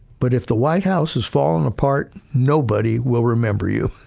but if the white house is falling apart, nobody will remember you.